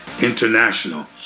International